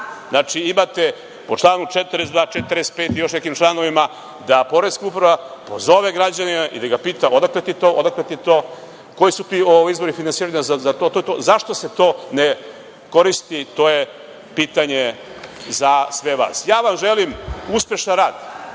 Znači, imate po članu 42, 45. i još nekim članovima da poreska uprava pozove građanina i da ga pita – odakle ti to, koje su ti izvori finansiranja za to i to? Zašto se to ne koristi? To je pitanje za sve vas. Ja vam želim uspešan rad.